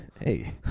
Hey